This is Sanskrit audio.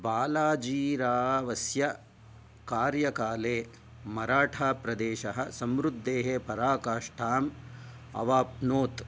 बालाजीरावस्य कार्यकाले मराठाप्रदेशः समृद्धेः पराकाष्ठाम् अवाप्नोत्